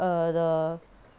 err the